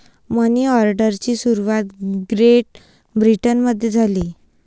मनी ऑर्डरची सुरुवात ग्रेट ब्रिटनमध्ये झाली